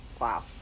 Wow